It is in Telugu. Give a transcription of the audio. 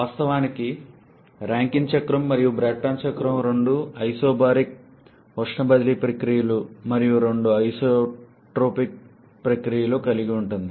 వాస్తవానికి రాంకైన్ చక్రం మరియు బ్రేటన్ చక్రం రెండూ ఐసోబారిక్ ఉష్ణ బదిలీ ప్రక్రియలు మరియు రెండు ఐసెంట్రోపిక్ ప్రక్రియలను కలిగి ఉంటాయి